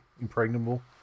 Impregnable